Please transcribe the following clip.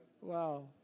Wow